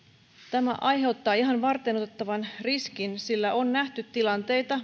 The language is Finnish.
tämä aiheuttaa ihan varteenotettavan riskin sillä maailmalla on nähty tilanteita